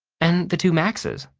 and the two maxes.